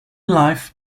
life